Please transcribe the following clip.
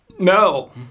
No